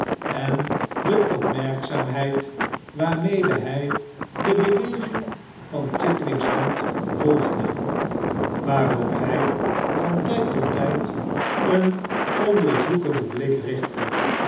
en de opmerkzaamheid waarmede hij de beweging van chit ing's hand volgde waarop hij van tijd tot tijd een onderzoekenden blik richtte